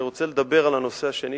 אני רוצה לדבר על הנושא השני,